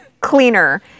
cleaner